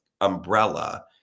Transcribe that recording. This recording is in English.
umbrella